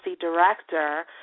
director